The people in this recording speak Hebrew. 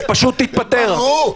פשוט תתפטר.